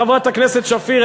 חברת הכנסת שפיר,